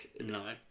No